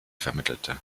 vermittelte